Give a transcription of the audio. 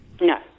No